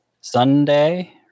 Sunday